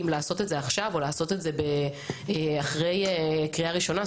האם לעשות את זה עכשיו או אחרי קריאה ראשונה?